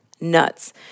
nuts